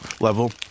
level